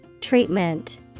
Treatment